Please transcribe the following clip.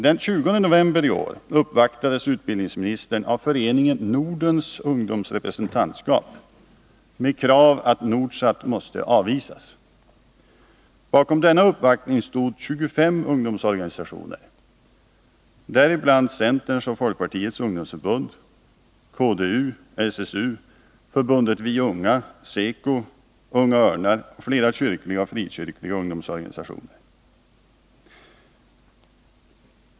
Den 20 november uppvaktades utbildningsministern av Föreningen Nordens ungdomsrepresentantskap med krav att Nordsat måste avvisas. Bakom denna uppvaktning stod 25 ungdomsorganisationer, däribland centerns och folkpartiets ungdomsförbund, KDU, SSU, Förbundet Vi unga, SECO, Unga örnar och flera kyrkliga och frikyrkliga ungdomsorganisatio ner.